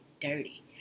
dirty